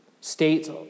states